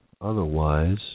otherwise